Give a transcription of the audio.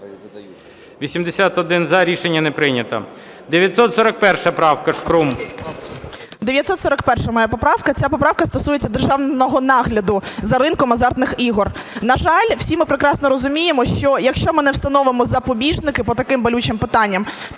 За-81 Рішення не прийнято. 941 правка, Шкрум. 12:42:19 ШКРУМ А.І. 941 моя поправка. Ця поправка стосується державного нагляду за ринком азартних ігор. На жаль, всі ми прекрасно розуміємо, що якщо ми не встановимо запобіжники по таким болючим питанням,